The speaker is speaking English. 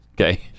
Okay